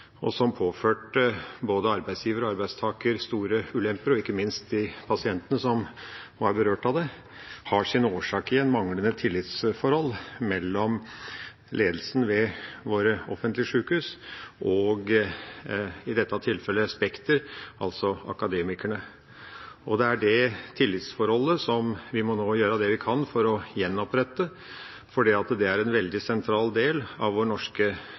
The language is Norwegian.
og som påførte både arbeidsgiver og arbeidstaker store ulemper, og ikke minst de pasientene som var berørt av den, er manglende tillitsforhold mellom ledelsen ved våre offentlige sykehus, i dette tilfellet Spekter, og Akademikerne. Det er det tillitsforholdet vi nå må gjøre det vi kan for å gjenopprette, for det er en veldig sentral del av vår norske